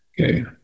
Okay